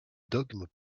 dogmes